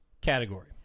category